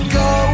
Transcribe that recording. go